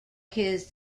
his